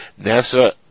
NASA